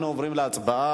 אנחנו עוברים להצבעה.